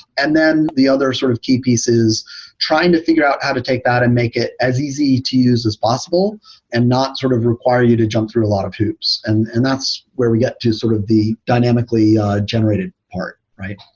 and then the other sort of key piece is trying to fi gure out how to take data make it as easy to use as possible and not sort of require you to jump through a lot of hoops, and and that's where we get to sort of the dynamically generated part, right?